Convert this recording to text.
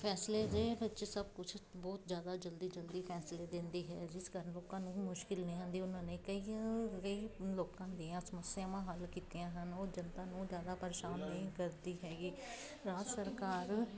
ਫੈਸਲੇ ਦੇ ਵਿੱਚ ਸਭ ਕੁਝ ਬਹੁਤ ਜ਼ਿਆਦਾ ਜਲਦੀ ਜਲਦੀ ਫੈਸਲੇ ਦਿੰਦੀ ਹੈ ਜਿਸ ਕਾਰਨ ਲੋਕਾਂ ਨੂੰ ਮੁਸ਼ਕਲ ਨਹੀਂ ਆਉਂਦੀ ਉਹਨਾਂ ਨੇ ਕਈਆਂ ਕਈ ਲੋਕਾਂ ਦੀਆਂ ਸਮੱਸਿਆਵਾਂ ਹੱਲ ਕੀਤੀਆਂ ਹਨ ਉਹ ਜਨਤਾ ਨੂੰ ਜ਼ਿਆਦਾ ਪਰੇਸ਼ਾਨ ਨਹੀਂ ਕਰਦੀ ਹੈਗੀ ਰਾਜ ਸਰਕਾਰ